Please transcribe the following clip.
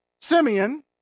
Simeon